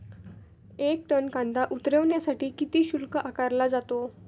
एक टन कांदा उतरवण्यासाठी किती शुल्क आकारला जातो?